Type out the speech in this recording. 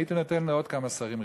הייתי נותן לעוד כמה שרים "ריטלין".